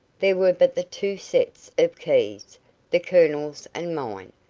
there were but the two sets of keys the colonel's and mine.